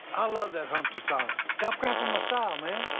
i love that humpty song. stop cramping my style, man.